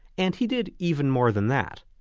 and he did even more than that.